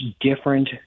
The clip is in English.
different